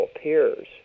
peers